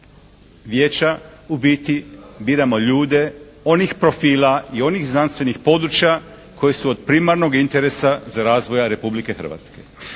vijeća u biti biramo ljude onih profila i onih znanstvenih područja koji su od primarnog interesa za razvoj Republike Hrvatske.